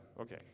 okay